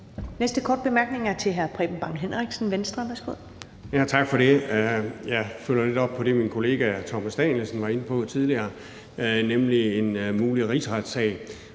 Venstre. Værsgo. Kl. 15:23 Preben Bang Henriksen (V): Tak for det. Jeg følger lidt op på det, min kollega hr. Thomas Danielsen var inde på tidligere, nemlig en mulig rigsretssag,